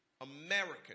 American